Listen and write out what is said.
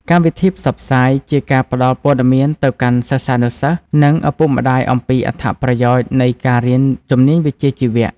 កម្មវិធីផ្សព្វផ្សាយ ជាការផ្តល់ព័ត៌មានទៅកាន់សិស្សានុសិស្ស និងឪពុកម្តាយអំពីអត្ថប្រយោជន៍នៃការរៀនជំនាញវិជ្ជាជីវៈ។